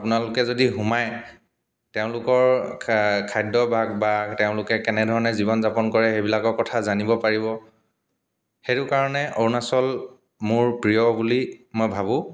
আপোনালোকে যদি সোমায় তেওঁলোকৰ খাদ্যভ্য়াস বা তেওঁলোকে কেনেদৰে জীৱন যাপন কৰে সেইবিলাকৰ কথা জানিব পাৰিব সেইটো কাৰণে অৰুণাচল মোৰ প্ৰিয় বুলি মই ভাবোঁ